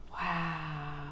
wow